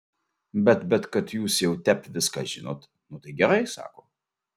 bet bet kad jūs jau tep viską žinot nu tai gerai sako